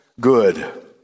good